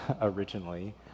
originally